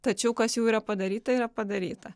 tačiau kas jau yra padaryta yra padaryta